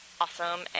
awesome